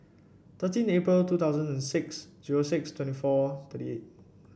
thirteen April two thousand and six zero six twenty four thirty eight